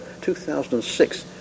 2006